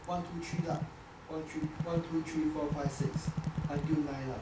one two three lah one two three one two three four five six until nine lah